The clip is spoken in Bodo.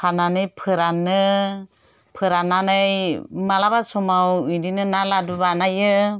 फाननानै फोरानो फोराननानै माब्लाबा समाव बेदिनो ना लादु बानायो